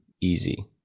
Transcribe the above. easy